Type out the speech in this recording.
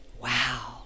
wow